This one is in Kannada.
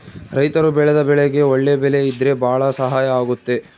ರೈತರು ಬೆಳೆದ ಬೆಳೆಗೆ ಒಳ್ಳೆ ಬೆಲೆ ಇದ್ರೆ ಭಾಳ ಸಹಾಯ ಆಗುತ್ತೆ